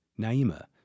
Naima